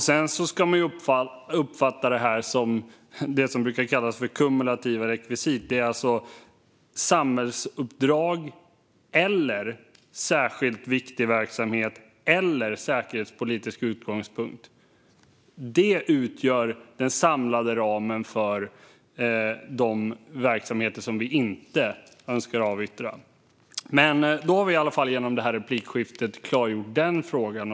Sedan ska man uppfatta detta som det som brukar kallas kumulativa rekvisit, det vill säga samhällsuppdrag, särskilt viktig verksamhet eller säkerhetspolitisk utgångspunkt. Det utgör den samlade ramen för de verksamheter vi inte önskar avyttra. Genom detta replikskifte har vi klargjort i alla fall den frågan.